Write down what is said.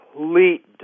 complete